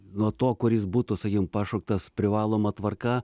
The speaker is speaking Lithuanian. nuo to kuris būtų sakykim pašauktas privaloma tvarka